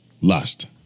Lust